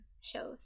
shows